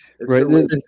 Right